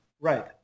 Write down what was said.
right